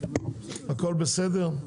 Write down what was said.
הכל בסדר?